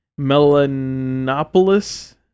melanopolis